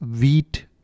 wheat